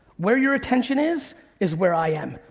where your attention is is where i am.